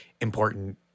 important